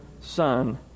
Son